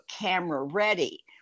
camera-ready